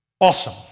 awesome